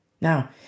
now